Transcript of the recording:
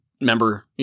member